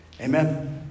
Amen